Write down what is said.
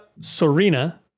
serena